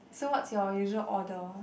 so what's your usual order